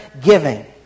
giving